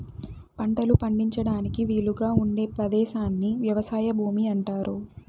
పంటలు పండించడానికి వీలుగా ఉండే పదేశాన్ని వ్యవసాయ భూమి అంటారు